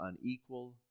unequal